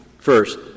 first